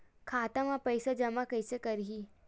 खाता म पईसा जमा कइसे करही?